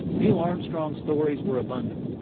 neil armstrong stories were abundant.